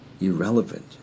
irrelevant